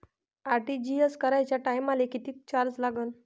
RTGS कराच्या टायमाले किती चार्ज लागन?